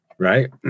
right